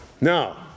Now